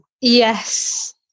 yes